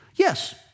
Yes